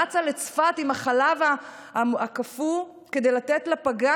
רצה לצפת עם החלב הקפוא כדי לתת לפגה,